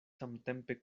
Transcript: samtempe